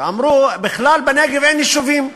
ואמרו: בכלל בנגב אין יישובים,